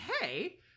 hey